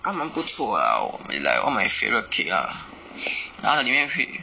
它蛮不错 lah will be one of my favourite cake ah 它的里面会有